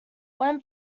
when